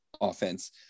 offense